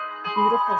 beautiful